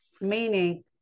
meaning